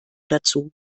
dazu